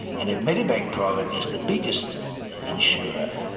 and if medibank private as the biggest insurer,